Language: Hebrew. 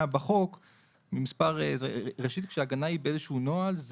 בחוק משום שכאשר ההגנה היא באיזשהו נוהל,